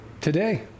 today